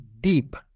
deep